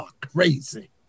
crazy